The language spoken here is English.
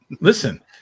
Listen